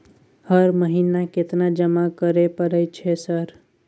हर महीना केतना जमा करे परय छै सर?